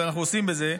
ואנחנו עוסקים בזה.